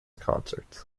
concerts